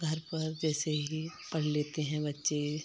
घर पर जैसे ही पढ़ लेते हैं बच्चे